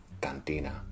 Cantina